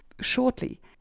shortly